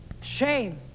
shame